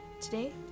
Today